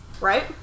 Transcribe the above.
right